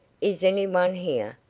is any one here?